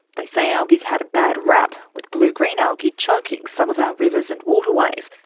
they say algae has had a bad rap, with blue-green algae choking some of our rivers and waterways.